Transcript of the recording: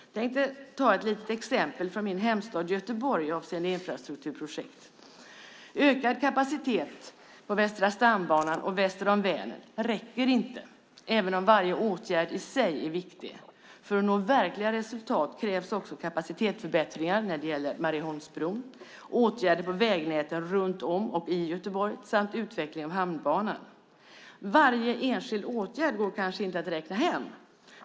Jag tänkte ta ett litet exempel från min hemstad Göteborg avseende infrastrukturprojekt. Ökad kapacitet på Västra stambanan och Väster om Vänern räcker inte, även om varje åtgärd i sig är viktig. För att nå verkliga resultat krävs också kapacitetsförbättringar när det gäller Marieholmsbron, åtgärder på vägnäten runt om och i Göteborg samt utveckling av Hamnbanan. Varje enskild åtgärd går kanske inte att räkna hem.